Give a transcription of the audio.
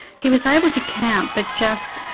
he was able to count but just,